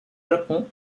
japon